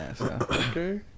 Okay